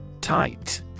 Tight